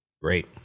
Great